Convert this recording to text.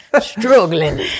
Struggling